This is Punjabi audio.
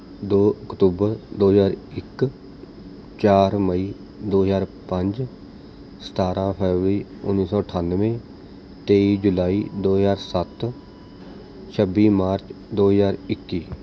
ਦੋ ਅਕਤੂਬਰ ਦੋ ਹਜ਼ਾਰ ਇੱਕ ਚਾਰ ਮਈ ਦੋ ਹਜ਼ਾਰ ਪੰਜ ਸਤਾਰਾਂ ਫਰਵਰੀ ਉੱਨੀ ਸੌ ਅਠਾਨਵੇਂ ਤੇਈ ਜੁਲਾਈ ਦੋ ਹਜ਼ਾਰ ਸੱਤ ਛੱਬੀ ਮਾਰਚ ਦੋ ਹਜ਼ਾਰ ਇੱਕੀ